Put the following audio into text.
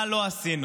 מה לא עשינו,